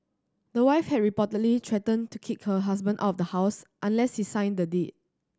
the wife had reportedly threatened to kick her husband of the house unless he signed the deed